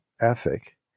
ethic